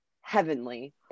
heavenly